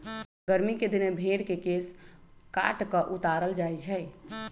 गरमि कें दिन में भेर के केश काट कऽ उतारल जाइ छइ